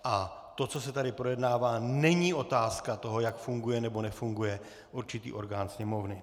A to, co se tady projednává, není otázka toho, jak funguje nebo nefunguje určitý orgán Sněmovny.